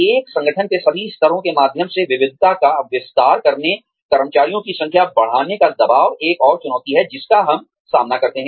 एक संगठन के सभी स्तरों के माध्यम से विविधता का विस्तार करने कर्मचारियों की संख्या बढ़ाने का दबाव एक और चुनौती है जिसका हम सामना करते हैं